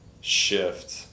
shift